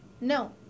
No